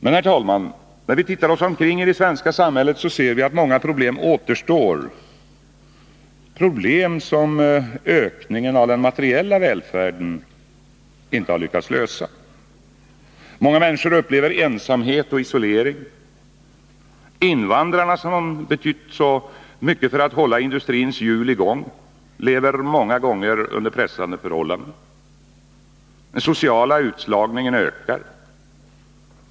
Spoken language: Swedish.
Men, herr talman, när vi tittar oss omkring i det svenska samhället, ser vi att många problem återstår — problem som ökningen av den materiella välfärden inte lyckats lösa. Många människor upplever ensamhet och isolering. Invandrarna, som betytt så mycket för att hålla industrins hjul i gång, lever många gånger under pressande förhållanden. Den sociala utslagningen ökar.